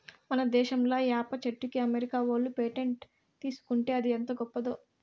మన దేశంలా ఏప చెట్టుకి అమెరికా ఓళ్ళు పేటెంట్ తీసుకుంటే అది ఎంత గొప్పదో